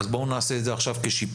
אז בואו נעשה את זה עכשיו כשיפוי.